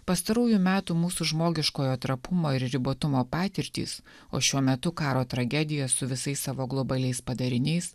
pastarųjų metų mūsų žmogiškojo trapumo ir ribotumo patirtys o šiuo metu karo tragedija su visais savo globaliais padariniais